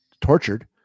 tortured